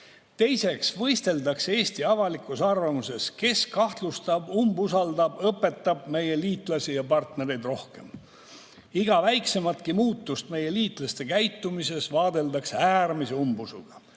tõus. Teiseks, Eesti avalikus arvamuses võisteldakse, kes kahtlustab, umbusaldab, õpetab meie liitlasi ja partnereid rohkem. Iga väiksematki muutust meie liitlaste käitumises vaadeldakse äärmise umbusuga.